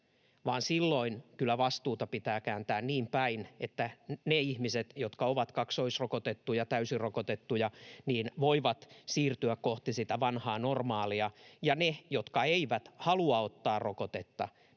silloin kyllä vastuuta pitää kääntää niin päin, että ne ihmiset, jotka ovat kaksoisrokotettuja, täysin rokotettuja, voivat siirtyä kohti sitä vanhaa normaalia, ja ne, jotka eivät halua ottaa rokotetta,